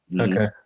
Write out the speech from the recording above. Okay